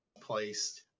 placed